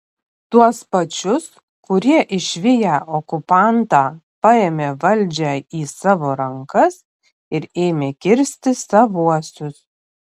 tuos pačius kurie išviję okupantą paėmė valdžią į savo rankas ir ėmė kirsti savuosius